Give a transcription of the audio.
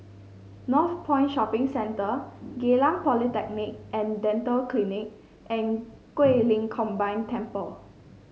Northpoint Shopping Centre Geylang Polyclinic and Dental Clinic and Guilin Combined Temple